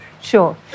sure